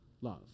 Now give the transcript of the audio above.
love